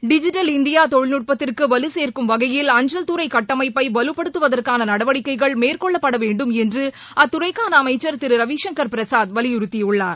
digital இந்தியாதொழில்நட்பத்திற்குவலுசேர்க்கும் வகையில் அஞ்சல்துறைகட்டமைப்பைவலுப்படுத்துவதற்கானநடவடிக்கைகள் மேற்கொள்ளப்படவேண்டும் என்றுஅத்துறைக்கானஅமைச்சர் திருரவிசங்கர் பிரசாத் வலியுறுத்தியுள்ளார்